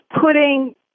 putting